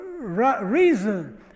reason